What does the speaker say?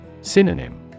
Synonym